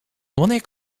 wanneer